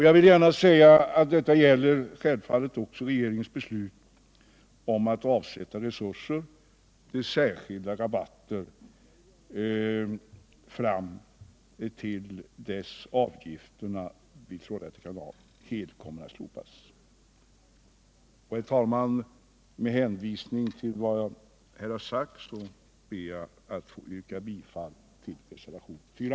Jag vill gärna säga att detta självfallet också gäller regeringens beslut att avsätta resurser till särskilda rabatter till dess avgifterna vid Trollhätte kanal helt kommer att slopas. Herr talman! Med hänvisning till vad jag här har sagt ber jag att få yrka bifall till reservationen 4.